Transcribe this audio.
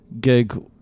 gig